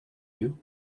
you